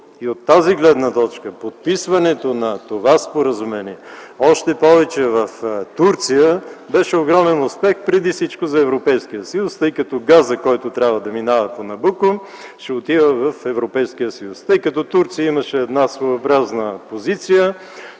И от тази гледна точка подписването на това споразумение, още повече в Турция, беше огромен успех преди всичко за Европейския съюз, тъй като газа, който трябва да минава по „Набуко”, ще отива в Европейския съюз. Турция имаше една своеобразна позиция.